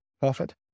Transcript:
Perfect